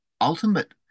ultimate